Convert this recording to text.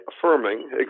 affirming